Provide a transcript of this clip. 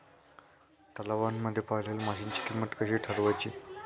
तलावांमध्ये पाळलेल्या माशांची किंमत कशी ठरवायची?